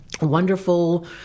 wonderful